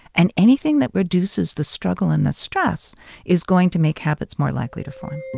and anything that reduces the struggle and the stress is going to make habits more likely to form